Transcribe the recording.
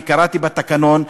אני קראתי בתקנון,